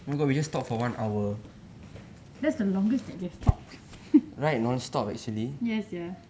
that's the longest that we have talked yes sia